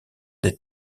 des